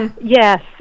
Yes